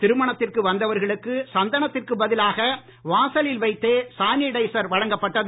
திருமணத்திற்கு வந்தவர்களுக்கு சந்தனத்திற்கு பதிலாக வாசலில் வைத்தே சானிடைசர் வழங்கப்பட்டது